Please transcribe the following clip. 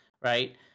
right